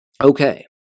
Okay